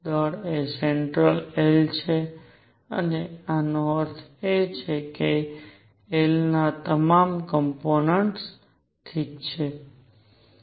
દળ એ central L છે અને આનો અર્થ એ છે કે L ના તમામ કોમ્પોનેન્ટસ ઠીક છે